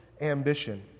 ambition